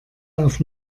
auf